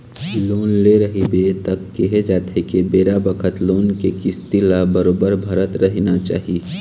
loan ले रहिबे त केहे जाथे के बेरा बखत लोन के किस्ती ल बरोबर भरत रहिना चाही